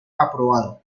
aprobado